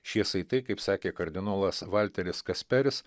šie saitai kaip sakė kardinolas valteris kasperis